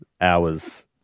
hours